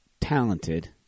talented